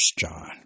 John